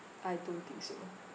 I don't think so